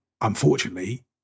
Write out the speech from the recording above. Unfortunately